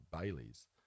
Bailey's